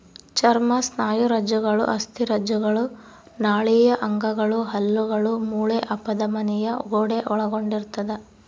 ಚರ್ಮ ಸ್ನಾಯುರಜ್ಜುಗಳು ಅಸ್ಥಿರಜ್ಜುಗಳು ನಾಳೀಯ ಅಂಗಗಳು ಹಲ್ಲುಗಳು ಮೂಳೆ ಅಪಧಮನಿಯ ಗೋಡೆ ಒಳಗೊಂಡಿರ್ತದ